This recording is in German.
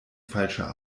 falscher